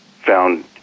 found